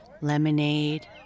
lemonade